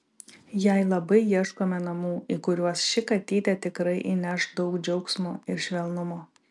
jai labai ieškome namų į kuriuos ši katytė tikrai įneš daug džiaugsmo ir švelnumo